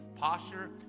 posture